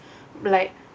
like